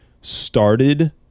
started